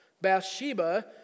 Bathsheba